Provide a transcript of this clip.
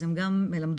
אז הם גם מלמדות.